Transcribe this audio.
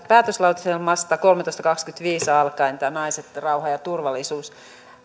päätöslauselmasta tuhatkolmesataakaksikymmentäviisi alkaen naiset rauha ja turvallisuus